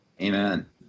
Amen